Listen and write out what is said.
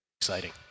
Exciting